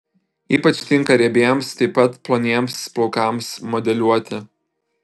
ypač tinka riebiems taip pat ploniems plaukams modeliuoti